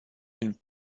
une